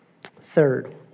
third